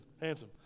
handsome